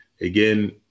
again